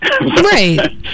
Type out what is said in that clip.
Right